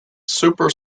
super